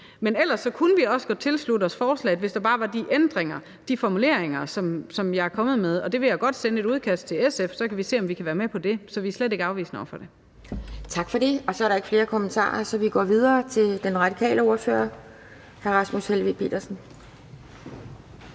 Men ellers kunne vi også godt tilslutte os forslaget, hvis der bare var de ændringer, de formuleringer, som jeg er kommet med. Jeg vil godt sende et udkast til SF, og så kan vi se, om vi kan være med på det. Så vi er slet ikke afvisende over for det. Kl. 13:30 Anden næstformand (Pia Kjærsgaard): Tak for det, og der er ikke flere kommentarer. Så vi går videre til den radikale ordfører, hr. Rasmus Helveg Petersen.